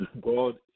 God